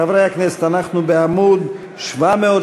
חברי הכנסת, אנחנו בעמוד 785,